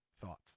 Thoughts